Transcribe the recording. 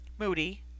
Moody